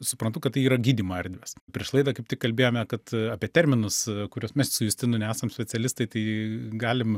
suprantu kad tai yra gydymo erdvės prieš laidą kaip tik kalbėjome kad apie terminus kuriuos mes su justinu nesam specialistai tai galim